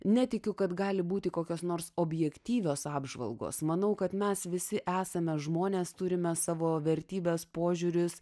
netikiu kad gali būti kokios nors objektyvios apžvalgos manau kad mes visi esame žmonės turime savo vertybes požiūrius